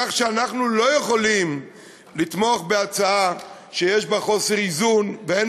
כך שאנחנו לא יכולים לתמוך בהצעה שיש בה חוסר איזון ואין